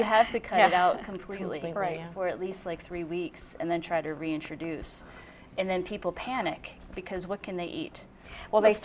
you have to cut out completely or at least like three weeks and then try to reintroduce and then people panic because what can they eat well they